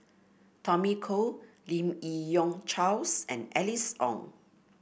Tommy Koh Lim Yi Yong Charles and Alice Ong